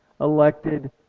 elected